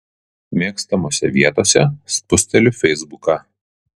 mėgstamose vietose spusteliu feisbuką